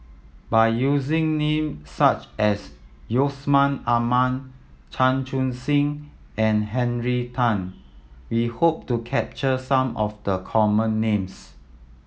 by using names such as Yusman Aman Chan Chun Sing and Henry Tan we hope to capture some of the common names